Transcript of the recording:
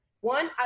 one